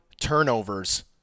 turnovers